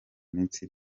minsi